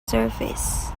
surface